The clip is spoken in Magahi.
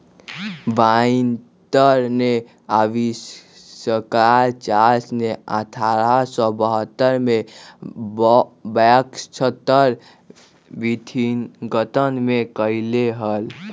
बाइंडर के आविष्कार चार्ल्स ने अठारह सौ बहत्तर में बैक्सटर विथिंगटन में कइले हल